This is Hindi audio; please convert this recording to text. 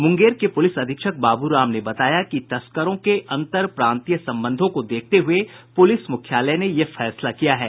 मूंगेर के पूलिस अधीक्षक बाबू राम ने बताया कि तस्करों के अंतर प्रांतीय संबंधों को देखते हुए पुलिस मुख्यालय ने ये फैसला किया है